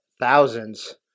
thousands